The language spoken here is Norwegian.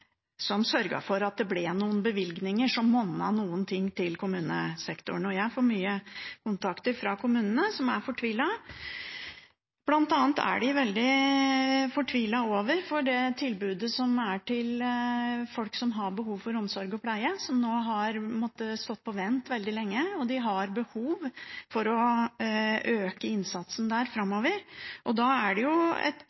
for at det ble noen bevilgninger til kommunesektoren som monnet noe. Jeg har mye kontakt med kommuner som er fortvilte. Blant annet er de veldig fortvilte over det tilbudet som er til folk som har behov for omsorg og pleie, som nå har måttet stå på vent veldig lenge. De har behov for å øke innsatsen der framover, og da er det jo et